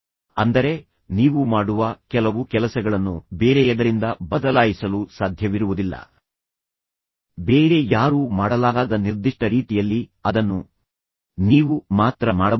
ಅಂದರೆ ನೀವು ಮಾಡುವ ಕೆಲವು ಕೆಲಸಗಳನ್ನು ಬೇರೆಯದರಿಂದ ಬದಲಾಯಿಸಲು ಸಾಧ್ಯವಿರುವುದಿಲ್ಲ ಬೇರೆ ಯಾರೂ ಮಾಡಲಾಗದ ನಿರ್ದಿಷ್ಟ ರೀತಿಯಲ್ಲಿ ಅದನ್ನು ನೀವು ಮಾತ್ರ ಮಾಡಬಲ್ಲಿರಿ